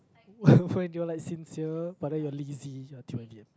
where where you're like sincere but then you're lazy that's why T_Y_V_M